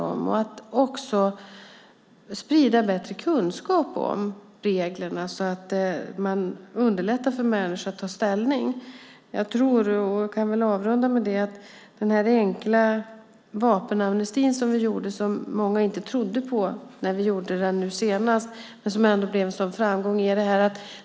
Vi ska också sprida bättre kunskap om reglerna så att man underlättar för människor att ta ställning. Jag tänker på den enkla vapenamnesti som vi gjorde, och som många inte trodde på när vi gjorde den senast men som ändå blev en sådan framgång.